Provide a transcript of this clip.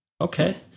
Okay